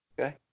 Okay